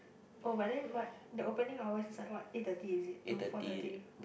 oh but then but the opening hours is like what eight thirty is it to four thirty